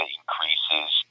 increases